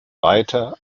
weiter